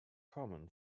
common